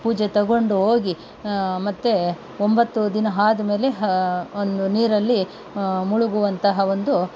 ಪೂಜೆ ತೊಗೊಂಡು ಹೋಗಿ ಮತ್ತೆ ಒಂಬತ್ತು ದಿನ ಆದ್ಮೇಲೆ ಒಂದು ನೀರಲ್ಲಿ ಮುಳುಗುವಂತಹ ಒಂದು